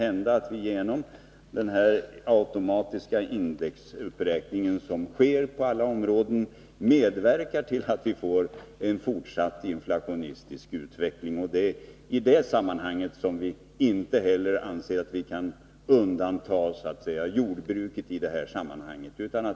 hända att vi genom den automatiska indexuppräkning som sker på alla områden medverkar till en fortsatt inflationistisk utveckling. Det är i detta sammanhang som vi inte anser att vi kan undanta jordbruket.